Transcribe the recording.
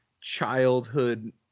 childhood